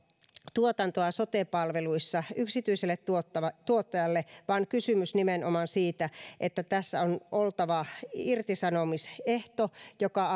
tuotantoa sote palveluissa yksityiselle tuottajalle tuottajalle vaan kysymys on nimenomaan siitä että tässä on oltava irtisanomisehto joka